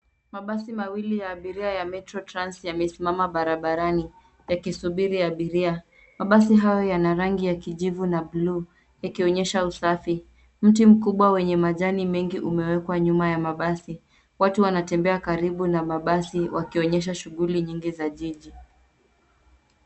Mabasi mawili ya abiria ya Metro Trans yamesimama barabarani, yakisubiri abiria. Mabasi hayo yana rangi ya kijivu na bluu, ikionyesha usafi. Mti mkubwa wenye majani mengi umewekwa nyuma ya mabasi. Watu wanatembea karibu na mabasi wakionyesha shughuli nyingi za jiji.